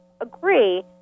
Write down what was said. agree